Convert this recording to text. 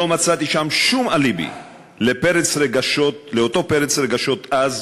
לא מצאתי שם שום אליבי לאותו פרץ רגשות עז